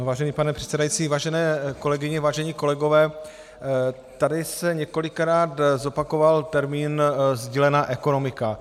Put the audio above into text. Vážený pane předsedající, vážené kolegyně, vážení kolegové, tady se několikrát zopakoval termín sdílená ekonomika.